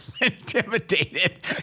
intimidated